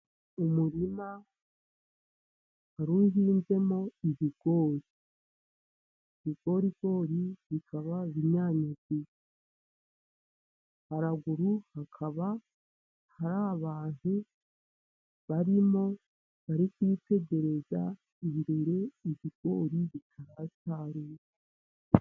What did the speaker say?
Umurima wari uhinzemo ibigori . Ibigorigori rzikabainyanya . Haraguru hakaba hari abantu barimo bari kwiitegereza imbere igikori kitaracyariye.